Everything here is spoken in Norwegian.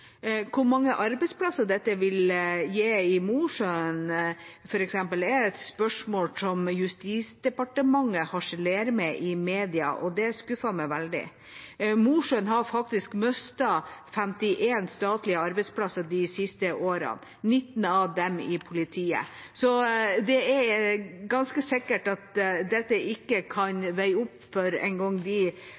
Hvor mange arbeidsplasser dette vil gi i Mosjøen, f.eks., er et spørsmål som Justisdepartementet harselerer med i mediene, og det skuffer meg veldig. Mosjøen har faktisk mistet 51 statlige arbeidsplasser de siste årene, 19 av dem i politiet. Det er ganske sikkert at dette ikke kan veie opp for de